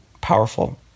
Powerful